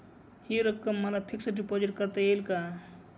हि रक्कम मला फिक्स डिपॉझिट करता येईल का?